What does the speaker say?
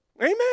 Amen